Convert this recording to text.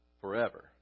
forever